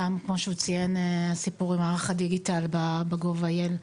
גם המערך הדיגיטלי ב-GOV IL,